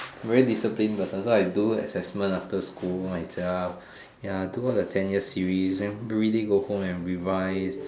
a very disciplined person so I do assessment after school myself ya I do all the ten year series then everyday go home and revise